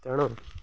ତେଣୁ